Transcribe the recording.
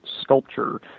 sculpture